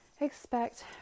expect